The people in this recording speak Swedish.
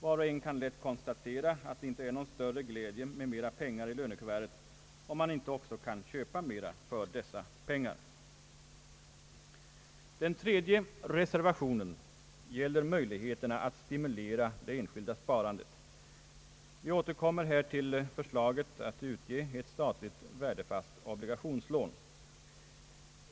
Var och en kan lätt konstatera att det inte är någon större glädje med mera pengar i lönekuvertet, om man inte också kan köpa mera för dessa pengar. Den tredje reservationen, nr 5 vid bankoutskottets utlåtande nr 32, gäller möjligheterna att stimulera det enskilda sparandet. Vi återkommer här till förslaget att utge ett statligt värdefast obligationslån.